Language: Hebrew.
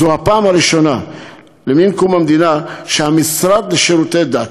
זו הפעם הראשונה למן קום המדינה שהמשרד לשירותי דת,